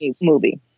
movie